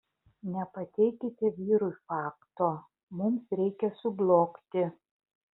nepateikite vyrui fakto mums reikia sublogti